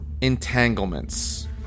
entanglements